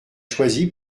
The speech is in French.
choisi